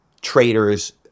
traders